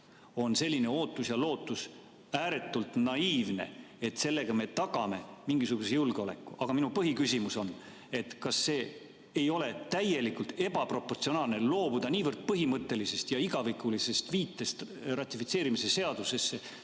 selline ootus ja lootus, et sellega me tagame mingisuguse julgeoleku? Aga minu põhiküsimus on: kas see ei ole täielikult ebaproportsionaalne, loobuda niivõrd põhimõttelisest ja igavikulisest viitest ratifitseerimise seaduses,